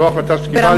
זו החלטה שקיבלנו.